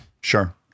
Sure